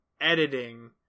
editing